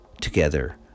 together